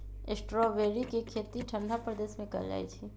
strawberry के खेती ठंडा प्रदेश में कएल जाइ छइ